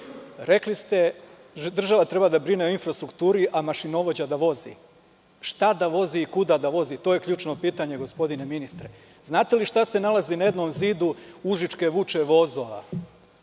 ste da država treba da brine o infrastrukturi, a mašinovođa da vozi. Šta da vozi i kuda da vozi? To je ključno pitanje, gospodine ministre. Da li znate šta se nalazi na jednom zidu užičke vuče vozova?